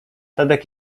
tadek